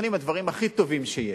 מתחילים בדברים הכי טובים שיש,